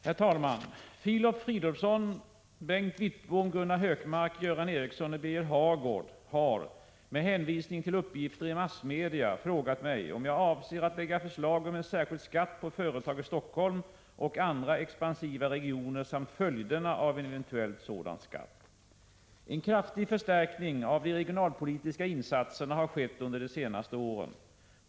Herr talman! Filip Fridolfsson, Bengt Wittbom, Gunnar Hökmark, Göran Ericsson och Birger Hagård har — med hänvisning till uppgifter i massmedia — frågat mig om jag avser att lägga fram förslag om en särskild skatt på företag i Stockholm och andra expansiva regioner samt följderna av en eventuell sådan skatt. En kraftig förstärkning av de regionalpolitiska insatserna har skett under de senaste åren.